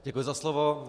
Děkuji za slovo.